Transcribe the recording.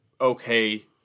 Okay